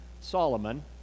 Solomon